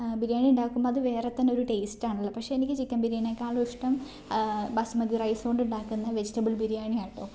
ബിരിയാണി ഉണ്ടാക്കുമ്പോൾ അത് വേറെത്തന്നെ ഒരു ടേസ്റ്റാണല്ലൊ പക്ഷേ എനിക്ക് ചിക്കൻ ബിരിയാണിക്കാളും ഇഷ്ടം ബസ്മതി റൈസ് കൊണ്ട് ഉണ്ടാക്കുന്ന വെജിറ്റബിൾ ബിരിയാണിയാട്ടൊ